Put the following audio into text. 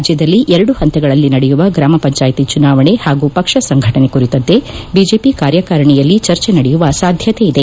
ರಾಜ್ಯದಲ್ಲಿ ಎರಡು ಪಂತಗಳಲ್ಲಿ ನಡೆಯುವ ಗ್ರಾಮ ಪಂಜಾಯತಿ ಚುನಾವಣೆ ಹಾಗೂ ಪಕ್ಷ ಸಂಘಟನೆ ಕುರಿತಂತೆ ಬಿಜೆಪಿ ಕಾರ್ಯಕಾರಣೆಯಲ್ಲಿ ಚರ್ಜೆ ನಡೆಯುವ ಸಾಧ್ಯತೆಯಿದೆ